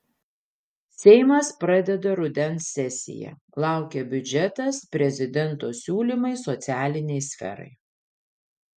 seimas pradeda rudens sesiją laukia biudžetas prezidento siūlymai socialinei sferai